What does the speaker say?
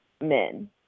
men